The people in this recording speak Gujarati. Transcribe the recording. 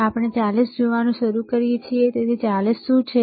અને પછી આપણે 40 જોવાનું શરૂ કરીએ છીએ તેથી 40 શું છે